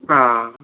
अँ